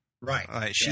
Right